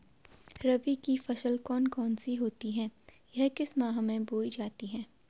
रबी की फसल कौन कौन सी होती हैं या किस महीने में बोई जाती हैं?